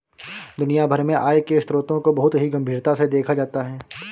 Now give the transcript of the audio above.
दुनिया भर में आय के स्रोतों को बहुत ही गम्भीरता से देखा जाता है